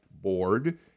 Board